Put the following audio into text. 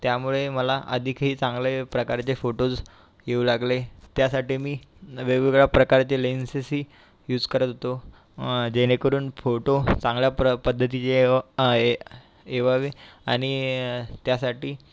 त्यामुळे मला अधिक हे चांगले प्रकारचे फोटोस येऊ लागले त्यासाठी मी वेगवेगळ्या प्रकारचे लेन्सेसही युज करत होतो जेणेकरून फोटो चांगल्या प्र पद्धतीचे येवावे आणि त्यासाठी